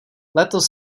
letos